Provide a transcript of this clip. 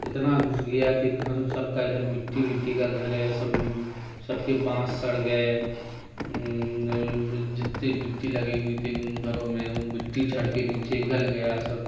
اتنا گھس گیا کہ گھر سب کا ادھر مٹی مٹی کا گھر ہے سب سب کے بانس سڑ گئے جتنی مٹی لگی ہوئی تھی گھروں میں وہ مٹی جھڑ کے نیچے گل گیا سب